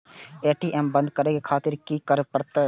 ATM बंद करें खातिर की करें परतें?